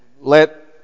let